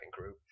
group